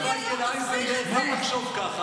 את מייקל אייזנברג גם לחשוב ככה.